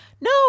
no